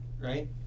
right